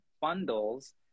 bundles